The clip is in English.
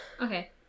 Okay